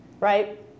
right